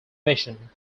mission